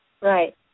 right